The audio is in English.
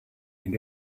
and